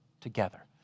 together